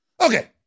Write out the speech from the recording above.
Okay